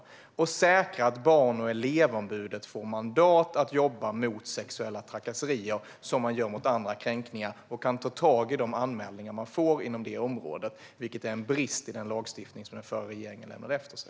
Vidare måste vi säkra att barn och elevombudet får mandat att jobba mot sexuella trakasserier, precis som mot andra kränkningar, och kan ta tag i de anmälningar som kommer in på området - vilket är en brist i den lagstiftning som den förra regeringen lämnade efter sig.